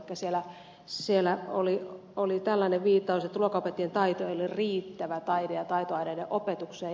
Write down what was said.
elikkä siellä oli tällainen viittaus että luokanopettajan taito ei ole riittävä taide ja taitoaineiden opetukseen